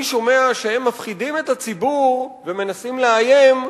אני שומע שהם מפחידים את הציבור ומנסים לאיים,